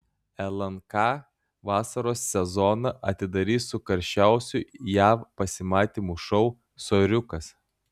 lnk vasaros sezoną atidarys su karščiausiu jav pasimatymų šou soriukas